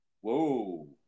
Whoa